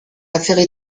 affaires